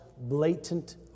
blatant